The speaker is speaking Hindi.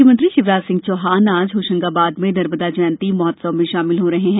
म्ख्यमंत्री शिवराज सिंह चौहान आज होशंगाबाद में नर्मदा जयंती महोत्सव में शामिल हो रहे हैं